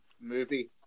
movie